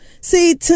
see